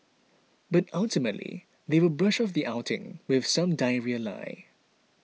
but ultimately they will brush off the outing with some diarrhoea lie